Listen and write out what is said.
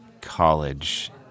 college